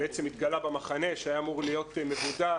שהתגלה במחנה שהיה אמור להיות מבודד,